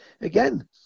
Again